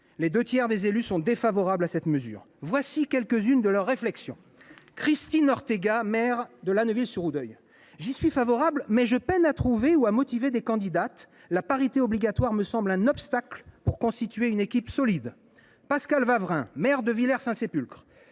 les deux tiers des élus sont défavorables à cette mesure. Voici quelques unes de leurs réflexions. Christine Ortegat, maire de La Neuville sur Oudeuil :« J’y suis favorable, mais je peine à trouver ou à motiver des candidates. La parité obligatoire me semble un obstacle pour constituer une équipe solide. » Pascal Wawrin, maire de Villers Saint Sépulcre